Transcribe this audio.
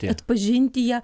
atpažinti ją